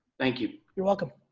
thank you. you're welcome.